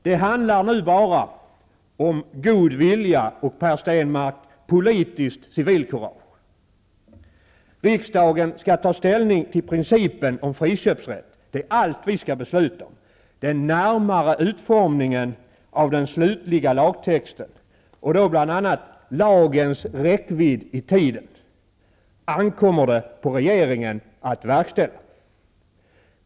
Det handlar nu bara om god vilja och, Per Riksdagen skall ta ställning till principen om friköpsrätt. Det är allt som vi skall besluta om. Den närmare utformningen av den slutliga lagtexten -- och då bl.a. lagens räckvidd i tiden -- ankommer det på regeringen att verkställa.